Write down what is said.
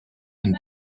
and